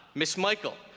ms. michael.